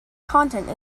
content